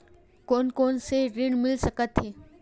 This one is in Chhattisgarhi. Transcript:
कोन कोन से ऋण मिल सकत हे?